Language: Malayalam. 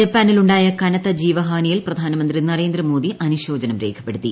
ജപ്പാനിൽ ഉണ്ടായ കനത്ത ജീവഹാനിയിൽ പ്രധാനമന്ത്രി നരേന്ദ്രമോദി അനുശോചനം രേഖപ്പെടുത്തി